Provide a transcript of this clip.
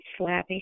slappy